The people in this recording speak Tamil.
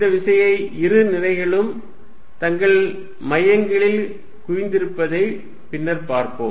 இந்த விசையை இரு நிறைகளும் தங்கள் மையங்களில் குவிந்திருப்பதைப் பின்னர் பார்ப்போம்